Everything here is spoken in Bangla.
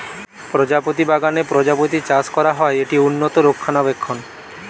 প্রজাপতি বাগানে প্রজাপতি চাষ করা হয়, এটি উন্নত রক্ষণাবেক্ষণ